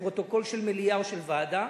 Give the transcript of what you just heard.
בפרוטוקול של מליאה או של ועדה